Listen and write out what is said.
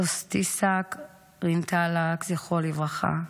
סודתיסאק רינתלאק, זכרו לברכה,